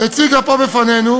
הציגה פה בפנינו,